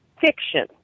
Fiction